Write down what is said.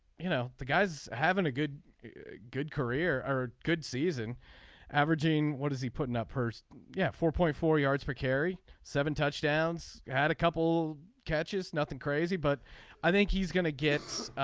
you know the guys having a good good career are good season averaging what does he putting up first yeah four point four yards per carry seven touchdowns had a couple catches nothing crazy but i think he's going to get.